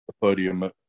podium